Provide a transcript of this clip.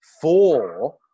Four